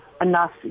enough